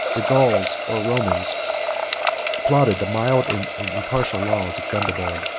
the gauls or romans applauded the mild and impartial laws of gundobald,